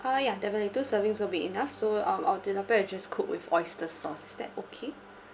uh yeah definitely two servings will be enough so um our tilapia is just cooked with oyster sauce is that okay